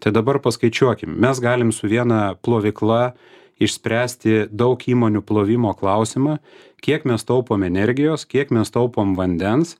tai dabar paskaičiuokim mes galim su viena plovykla išspręsti daug įmonių plovimo klausimą kiek mes taupom energijos kiek mes taupom vandens